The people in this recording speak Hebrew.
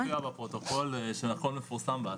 מופיע בפרוטוקול שהכל מפורסם באתר.